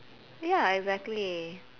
ya exactly